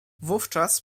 wówczas